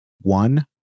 one